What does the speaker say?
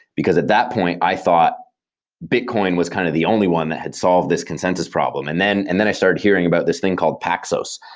because at that point i thought bitcoin was kind of the only one that had solved this consensus problem, and then and then i started hearing about this thing called paxos,